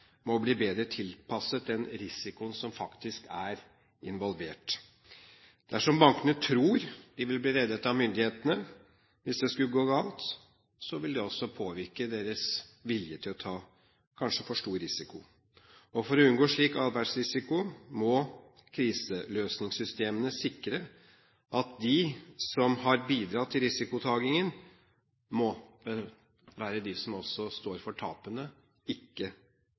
må bli bedre tilpasset den risikoen som er involvert. Dersom bankene tror de vil bli reddet av myndighetene hvis det skulle gå galt, vil det også påvirke deres vilje til kanskje å ta for stor risiko. For å unngå slik atferdsrisiko må kriseløsningssystemene sikre at de som har bidratt til risikotakingen, må være de som også står for tapene, ikke